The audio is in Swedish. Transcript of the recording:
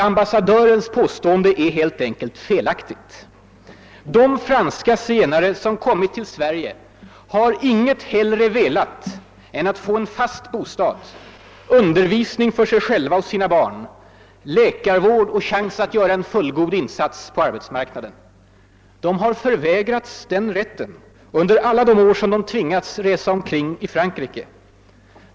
Ambassadörens påstående är helt enkelt felaktigt. De franska zigenare som kommit till Sverige har inget heilre velat än att få en fast bostad, undervisning för sig själva och sina barn, läkarvård och chans att göra en fullgod insats på arbetsmarknaden. De har förvägrats den rätten under alla de år som de tvingats resa omkring i Frankrike.